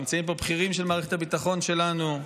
נמצאים פה בכירים של מערכת הביטחון שלנו,